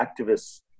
activists